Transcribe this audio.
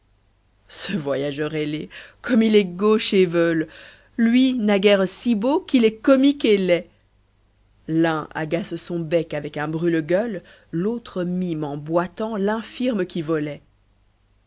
ce voyageur ailé comme il est gauche et veule lui naguère si beau qu'il est comique et laid l'un agace son bec avec un brûle-gueule l'autre mime en boitant l'infirme qui volait